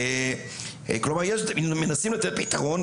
כלומר, מנסים לתת פתרון.